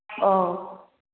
औ